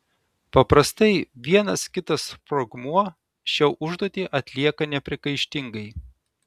paprastai vienas kitas sprogmuo šią užduotį atlieka nepriekaištingai